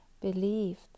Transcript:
believed